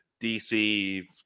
DC